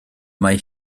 mae